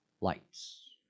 lights